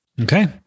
Okay